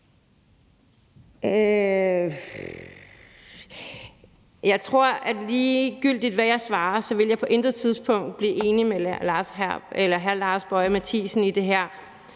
Jeg tror, at ligegyldigt hvad jeg svarer, vil jeg på intet tidspunkt blive enig med hr. Lars Boje Mathiesen i det her.